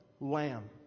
Lamb